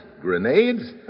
grenades